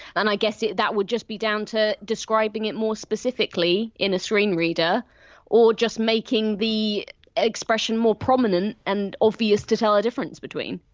and i guess that would just be down to describing it more specifically in a screen reader or just making the expression more prominent and obvious to tell a difference between.